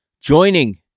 Joining